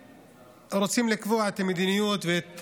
שרוצים לקבוע את המדיניות ואת